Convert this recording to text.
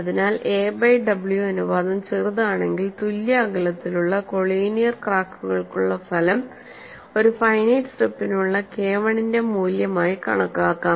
അതിനാൽ a by w അനുപാതം ചെറുതാണെങ്കിൽ തുല്യ അകലത്തിലുള്ള കൊളീനിയർ ക്രാക്കുകൾക്കുള്ള ഫലം ഒരു ഫൈനൈറ്റ് സ്ട്രിപ്പിനുള്ള KI ന്റെ മൂല്യമായി കണക്കാക്കാം